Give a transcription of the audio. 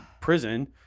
prison